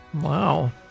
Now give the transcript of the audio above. Wow